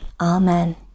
amen